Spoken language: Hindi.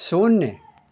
शून्य